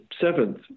seventh